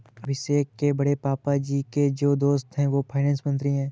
अभिषेक के बड़े पापा जी के जो दोस्त है वो फाइनेंस मंत्री है